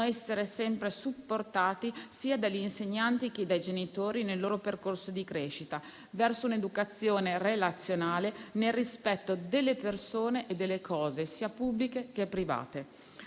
essere sempre supportati sia dagli insegnanti che dai genitori nel loro percorso di crescita verso un'educazione relazionale, nel rispetto delle persone e delle cose sia pubbliche che private.